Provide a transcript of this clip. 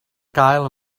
gael